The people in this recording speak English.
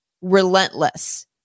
relentless